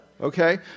Okay